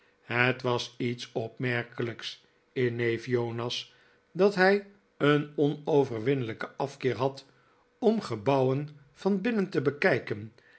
het was lets opmerkelijks in neef jonas dat hij een onoverwinnelijken afkeer had om gebouwen van binnen te bekijken